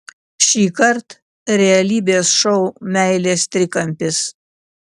šįkart realybės šou meilės trikampis